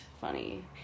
funny